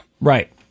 Right